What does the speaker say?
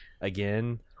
again